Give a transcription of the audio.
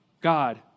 God